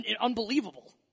unbelievable